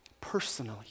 personally